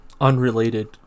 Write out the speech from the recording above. Unrelated